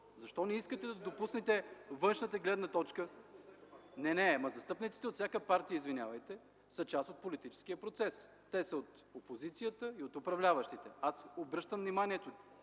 Защо не искате да допуснете външната гледна точка? (Реплики от ГЕРБ.) Не, не! Ама, застъпниците от всяка партия, извинявайте, са част от политическия процес. Те са от опозицията и от управляващите. Аз обръщам вниманието